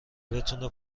بتونه